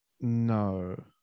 No